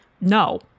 no